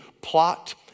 plot